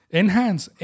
enhance